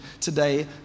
today